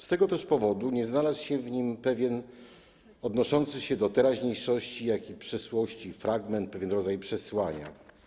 Z tego też powodu nie znalazł się w nim pewien odnoszący się do teraźniejszości, jak i do przyszłości fragment, pewien rodzaj przesłania.